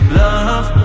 love